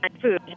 food